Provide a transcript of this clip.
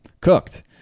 Cooked